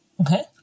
Okay